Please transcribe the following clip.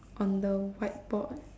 on the whiteboard